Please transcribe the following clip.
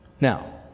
Now